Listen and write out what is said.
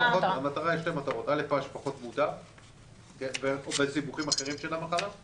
יש שתי מטרות: קודם כול